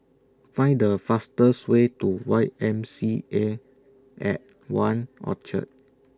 Find The fastest Way to Y M C A At one Orchard